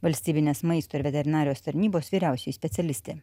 valstybinės maisto ir veterinarijos tarnybos vyriausioji specialistė